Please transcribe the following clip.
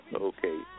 Okay